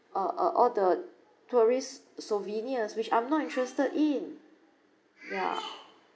uh uh all the tourist souvenirs which I'm not interested in ya